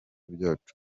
byacu